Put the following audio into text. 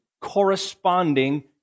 corresponding